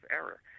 error